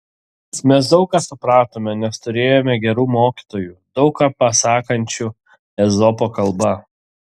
mes daug ką supratome nes turėjome gerų mokytojų daug ką pasakančių ezopo kalba